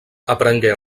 aprengué